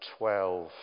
12